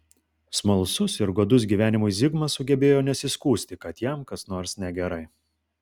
smalsus ir godus gyvenimui zigmas sugebėjo nesiskųsti kad jam kas nors negerai